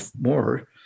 more